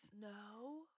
No